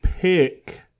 pick